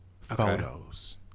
Photos